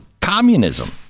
communism